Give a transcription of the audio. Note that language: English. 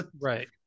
right